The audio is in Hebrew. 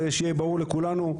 זה שיהיה ברור לכולנו.